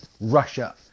Russia